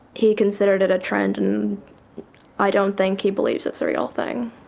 he considered it a trend and i don't think he believes it's a real thing.